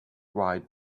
ride